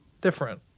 different